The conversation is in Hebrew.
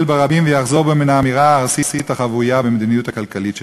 ברבים ויחזור בו מן האמירה הארסית החבויה במדיניות הכלכלית שלו.